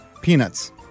Peanuts